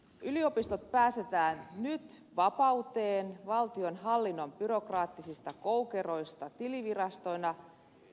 yliopistot päästetään nyt vapauteen valtionhallinnon byrokraattisista koukeroista tilivirastoina